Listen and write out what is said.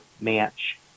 match